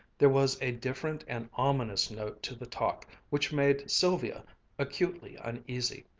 there was a different and ominous note to the talk which made sylvia acutely uneasy,